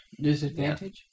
Disadvantage